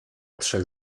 trzech